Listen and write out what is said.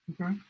Okay